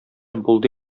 булды